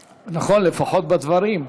נכון, לפחות בדברים.